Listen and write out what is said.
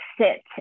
sit